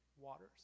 waters